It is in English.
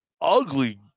ugly